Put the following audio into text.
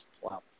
wow